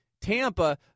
Tampa